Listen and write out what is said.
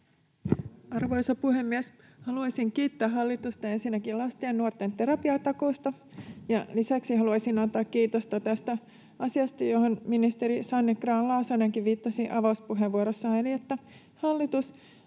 Arvoisa puhemies! Haluaisin kiittää hallitusta ensinnäkin lasten ja nuorten terapiatakuusta. Lisäksi haluaisin antaa kiitosta tästä asiasta, johon ministeri Sanni Grahn-Laasonenkin viittasi avauspuheenvuorossaan,